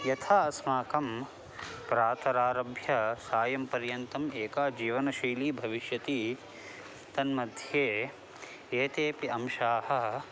यथा अस्माकं प्रातरारभ्य सायं पर्यन्तम् एका जीवनशैली भविष्यति तन्मध्ये एतेपि अंशाः